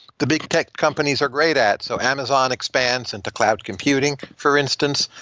the big tech companies are great at. so amazon expands into cloud computing, for instance.